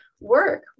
work